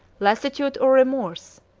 lassitude or remorse,